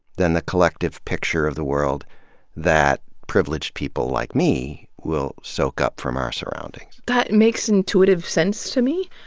than the collective picture of the world that privileged people like me will soak up from our surroundings. that makes intuitive sense to me,